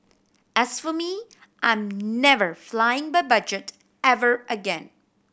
as for me I'm never flying by budget ever again